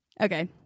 okay